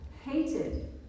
hated